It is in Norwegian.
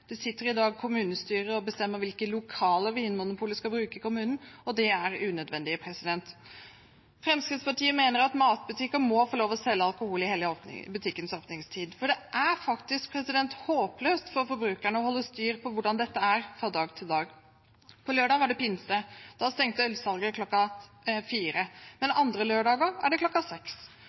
Det sitter i dag kommunestyrer og bestemmer hvilke lokaler Vinmonopolet skal bruke i kommunen, og det er unødvendig. Fremskrittspartiet mener at matbutikker må få lov til å selge alkohol i hele butikkens åpningstid, for det er håpløst for forbrukerne å holde styr på hvordan dette er fra dag til dag. På lørdag var det pinseaften. Da stengte ølsalget kl. 16, men andre lørdager er det